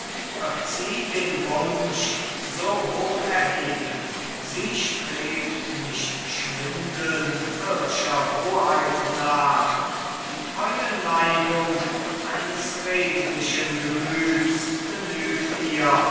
wird sie den wunsch so hoch erheben sie strebt nicht schwindelnd irdscher hoheit nach die treue neigung eines redlichen gemüts genügt ihr